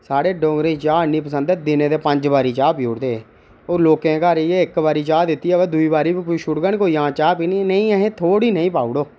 साढ़े डोगरी चाह् इन्नी पसंद ऐ दिनै दी पंज बारी चाह् पिऊड़दे हून लोकें दे घर इक बारी चाह पीती दी होए दूइ बारी पुच्छुड़गन कोई आं चाह पीनी ऐ पीनी ऐ थोह्ड़ी नेही पाउड़ो